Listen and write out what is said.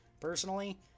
personally